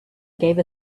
gave